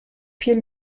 viel